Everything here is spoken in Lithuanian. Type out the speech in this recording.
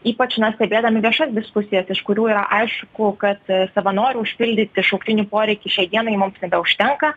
ypač na stebėdami viešas diskusijas iš kurių yra aišku kad savanorių užpildyti šauktinių poreikį šiai dienai mums nebeužtenka